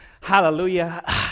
Hallelujah